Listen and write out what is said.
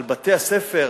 על בתי-הספר,